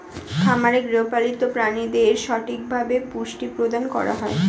খামারে গৃহপালিত প্রাণীদের সঠিকভাবে পুষ্টি প্রদান করা হয়